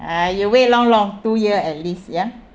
uh you wait long long two year at least ya